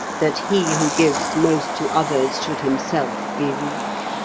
that he who gives most to others should himself be weak.